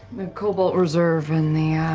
cobalt reserve and the